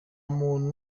muntu